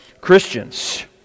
christians